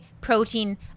protein